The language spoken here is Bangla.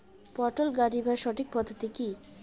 পটল গারিবার সঠিক পদ্ধতি কি?